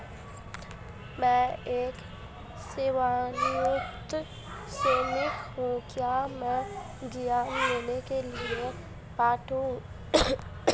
मैं एक सेवानिवृत्त सैनिक हूँ क्या मैं ऋण लेने के लिए पात्र हूँ?